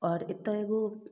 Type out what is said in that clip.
आओर एतऽ एगो